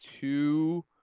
two